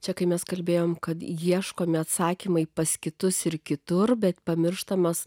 čia kai mes kalbėjome kad ieškomi atsakymai pas kitus ir kitur bet pamirštamas